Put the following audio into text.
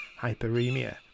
hyperemia